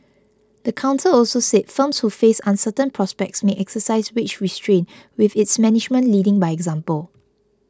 the council also said firms who face uncertain prospects may exercise wage restraint with its management leading by example